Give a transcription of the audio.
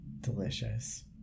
Delicious